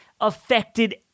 affected